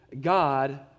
God